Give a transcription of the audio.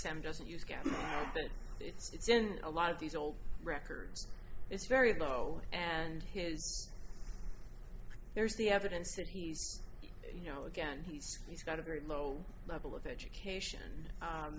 m doesn't use again it's in a lot of these old records it's very low and his there's the evidence that he's you know again he's he's got a very low level of education